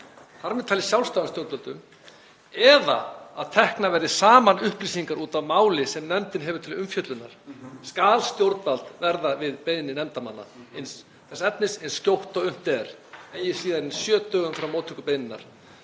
þ.m.t. sjálfstæðum stjórnvöldum, eða að teknar verði saman upplýsingar út af máli sem nefndin hefur til umfjöllunar skal stjórnvald verða við beiðni nefndarmanna þess efnis eins skjótt og unnt er og eigi síðar en sjö dögum frá móttöku beiðninnar.“